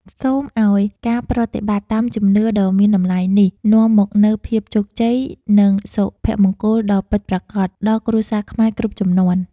សូមឱ្យការប្រតិបត្តិតាមជំនឿដ៏មានតម្លៃនេះនាំមកនូវភាពជោគជ័យ និងសុភមង្គលដ៏ពិតប្រាកដដល់គ្រួសារខ្មែរគ្រប់ជំនាន់។